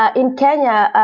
ah in kenya,